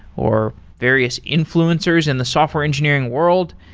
or various influencers in the software engineering world.